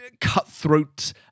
cutthroat